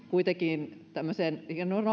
kuitenkin tämmöiseen